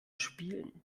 spielen